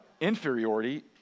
inferiority